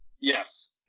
Yes